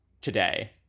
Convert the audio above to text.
today